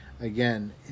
Again